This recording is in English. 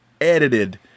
edited